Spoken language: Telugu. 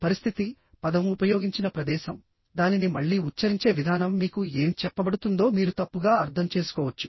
పరిస్థితి పదం ఉపయోగించిన ప్రదేశం దానిని మళ్ళీ ఉచ్ఛరించే విధానం మీకు ఏమి చెప్పబడుతుందో మీరు తప్పుగా అర్థం చేసుకోవచ్చు